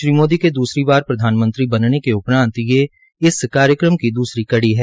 श्री मोदी के दूसरी बार प्रधानमंत्री बनने के उपरान्त ये इस कार्यक्रम की द्सरी कड़ी है